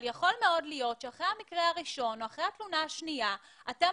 אבל יכול מאוד להיות שאחרי המקרה הראשון או אחרי התלונה השנייה אתם